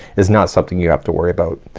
it's not something you have to worry about.